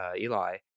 Eli